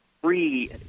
free